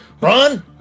Run